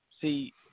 See